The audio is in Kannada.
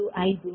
5 ಹೆನ್ರಿ